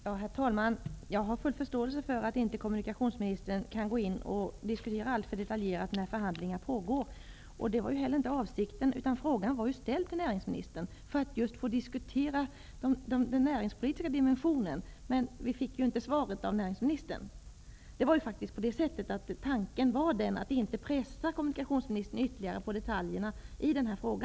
Herr talman! Jag har full förståelse för att kommunikationsministern under pågående förhandlingar inte kan gå in i alltför detaljerade diskussioner. Det var heller inte avsikten, utan frågan var ställd till näringsministern just för att vi skulle få möjlighet att diskutera den näringspolitiska dimensionen. Men vi fick ju inte svar av näringsministern. Tanken var att inte pressa kommunikationsministern på några ytterligare detaljer.